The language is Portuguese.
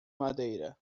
madeira